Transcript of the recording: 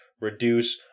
reduce